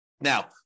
Now